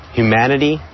humanity